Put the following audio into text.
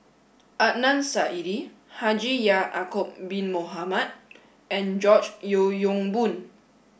Adnan Saidi Haji Ya'acob Bin Mohamed and George Yeo Yong Boon